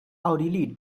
奥地利